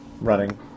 running